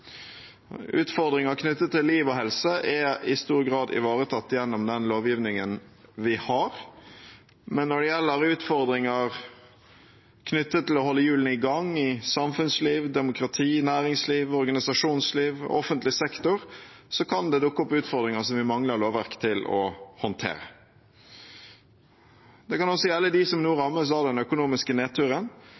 Utfordringer knyttet til liv og helse er i stor grad ivaretatt gjennom den lovgivningen vi har, men når det gjelder utfordringer knyttet til å holde hjulene i gang i samfunnsliv, demokrati, næringsliv, organisasjonsliv og offentlig sektor, kan det dukke opp ting som vi mangler lovverk til å håndtere. Det kan også gjelde dem som nå rammes av den økonomiske